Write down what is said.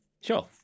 Sure